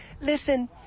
Listen